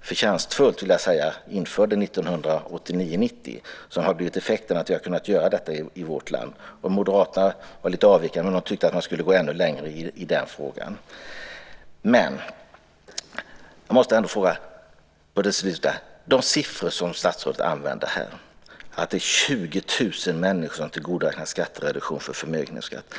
förtjänstfullt införde 1989-1990. Moderaterna var lite avvikande. De tyckte att man skulle gå ännu längre i den frågan. Statsrådet sade att det är 20 000 människor som får tillgodoräkna sig skattereduktion för förmögenhetsskatt.